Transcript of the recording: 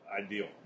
Ideal